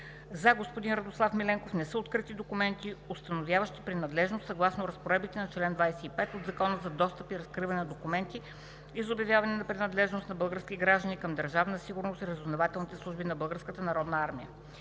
за господин Радослав Миленков не са открити документи, установяващи принадлежност съгласно разпоредбите на чл. 25 от Закона за достъп и разкриване на документите и за обявяване на принадлежност на български граждани към Държавна